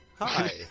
Hi